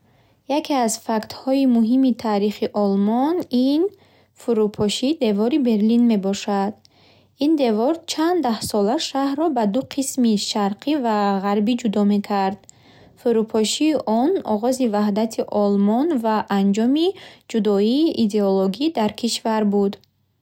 Яке аз фактҳои муҳими таърихи Олмон ин фурӯпошии Девори Берлин мебошад. Ин девор чанд даҳсола шаҳрро ба ду қисми шарқӣ ва ғарбӣ ҷудо мекард. Фурӯпошии он оғози ваҳдати Олмон ва анҷоми ҷудоии идеологӣ дар кишвар буд.